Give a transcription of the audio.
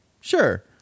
Sure